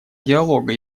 диалога